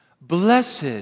blessed